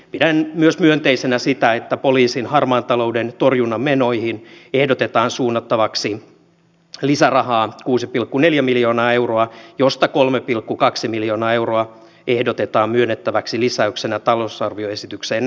pidän myös myönteisenä sitä että poliisin harmaan talouden torjunnan menoihin ehdotetaan suunnattavaksi lisärahaa kuusi pilkku neljä miljoonaa euroa josta kolme pilkku kaksi miljoonaa euroa ehdotetaan myönnettäväksi lisäyksenä talousarvioesitykseen